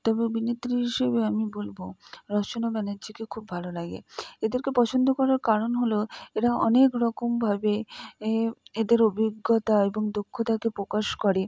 তবে অভিনেত্রী হিসেবে আমি বলবো রচনা ব্যানার্জীকেও খুব ভালো লাগে এদেরকে পছন্দ করার কারণ হলো এরা অনেক রকমভাবে এ এদের অভিজ্ঞতা এবং দক্ষতাকে প্রকাশ করে